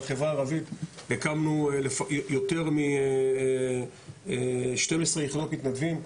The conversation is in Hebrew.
בחברה הערבית הקמנו יותר משתים עשרה יחידות מתנדבים,